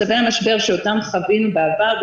מצבי המשבר שאותם חווינו בעבר,